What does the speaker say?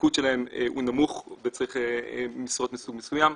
שהתפקוד שלהם הוא נמוך וצריך משרות מסוג מסוים,